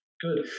Good